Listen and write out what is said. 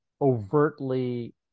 overtly